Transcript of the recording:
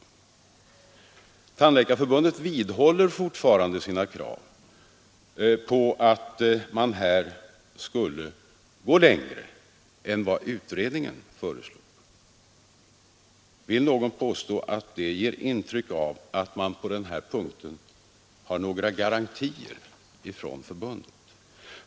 Tandläkarförbundet vidhåller fortfarande sina krav på att man här skulle gå längre än vad utredningen föreslog. Vill någon påstå att det ger intryck av att man på den här punkten har några garantier från förbundet?